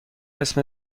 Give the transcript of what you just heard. اسم